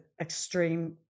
extreme